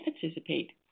participate